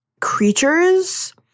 creatures